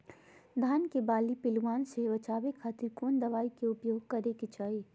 धान के बाली पिल्लूआन से बचावे खातिर कौन दवाई के उपयोग करे के चाही?